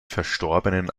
verstorbenen